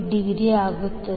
8